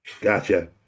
gotcha